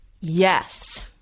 Yes